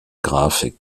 grafik